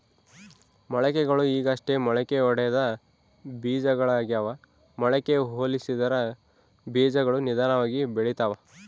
ಮೊಳಕೆಗಳು ಈಗಷ್ಟೇ ಮೊಳಕೆಯೊಡೆದ ಬೀಜಗಳಾಗ್ಯಾವ ಮೊಳಕೆಗೆ ಹೋಲಿಸಿದರ ಬೀಜಗಳು ನಿಧಾನವಾಗಿ ಬೆಳಿತವ